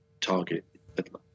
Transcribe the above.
target